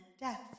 death